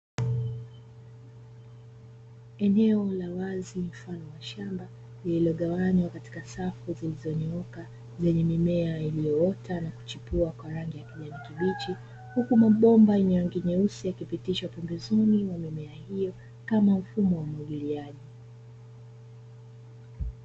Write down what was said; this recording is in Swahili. Eneo la wazi mfano wa shamba lililogawanywa katika safu zilizonyooka zenye mimea iliyoota na kuchipua kwa rangi ya kijani kibichi, huku mabomba yenye rangi nyeusi yakipitishwa pembezoni mwa mimea hiyo kama mfumo wa umwagiliaji.